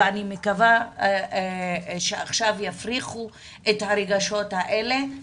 ואני מקווה שעכשיו יפריכו את הרגשות האלה,